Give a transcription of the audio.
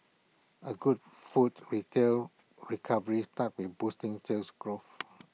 A good food retail recovery starts with boosting Sales Growth